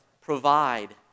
Provide